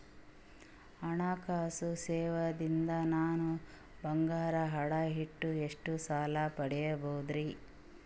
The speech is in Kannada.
ಹಣಕಾಸು ಸೇವಾ ದಿಂದ ನನ್ ಬಂಗಾರ ಅಡಾ ಇಟ್ಟು ಎಷ್ಟ ಸಾಲ ಪಡಿಬೋದರಿ?